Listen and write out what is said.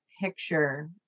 picture